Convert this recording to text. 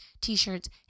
t-shirts